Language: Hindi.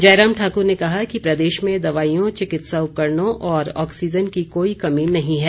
जयराम ठाकुर ने कहा कि प्रदेश में दवाईयों चिकित्सा उपकरणों और ऑक्सीजन की कोई कमी नहीं है